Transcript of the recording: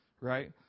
right